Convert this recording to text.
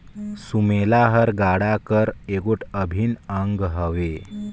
सुमेला हर गाड़ा कर एगोट अभिन अग हवे